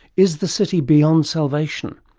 is the city beyond salvation?